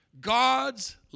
God's